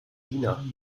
diener